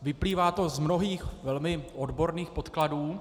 Vyplývá to z mnohých velmi odborných podkladů.